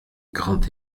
grand